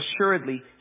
assuredly